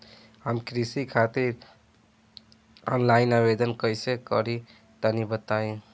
हम कृषि खातिर आनलाइन आवेदन कइसे करि तनि बताई?